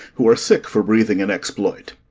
who are sick for breathing and exploit.